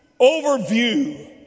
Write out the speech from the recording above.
overview